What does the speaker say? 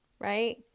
right